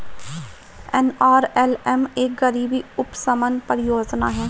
NRLM एक गरीबी उपशमन परियोजना है